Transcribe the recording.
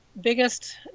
biggest